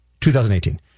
2018